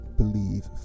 believe